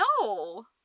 No